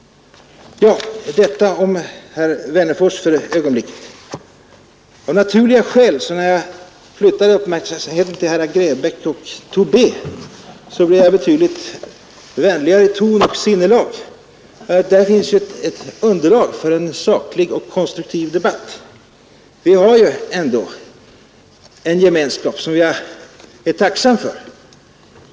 Detta om herr Wennerfors för ögonblicket. När jag flyttar uppmärksamheten till herrar Grebäck och Tobé blir jag av naturliga skäl betydligt vänligare i ton och sinne, ty i deras inlägg finns ett underlag för en saklig och konstruktiv debatt. Det finns här ändå en gemenskap som jag är tacksam för.